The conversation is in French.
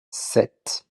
sept